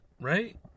right